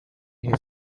his